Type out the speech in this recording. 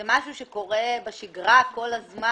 זה משהו שקורה בשגרה כל הזמן?